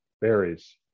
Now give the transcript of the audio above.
Berries